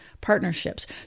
partnerships